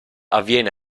avviene